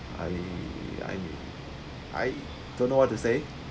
I I I don't know what to say